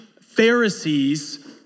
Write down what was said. Pharisees